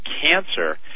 cancer